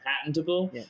patentable